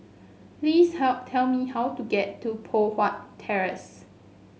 please help tell me how to get to Poh Huat Terrace